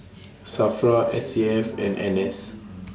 SAFRA S A F and N S